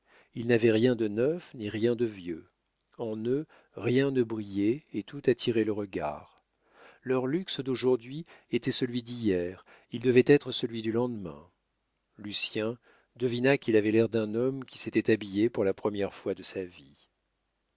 ils n'avaient rien de neuf ni rien de vieux en eux rien ne brillait et tout attirait le regard leur luxe d'aujourd'hui était celui d'hier il devait être celui du lendemain lucien devina qu'il avait l'air d'un homme qui s'était habillé pour la première fois de sa vie